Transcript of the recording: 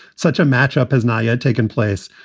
such a matchup has not yet taken place.